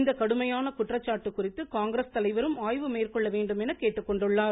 இந்த கடுமையான குற்றச்சாட்டு குறித்து காங்கிரஸ் தலைவரும் ஆய்வு மேற்கொள்ள வேண்டும் என்றும் கேட்டுக்கொண்டார்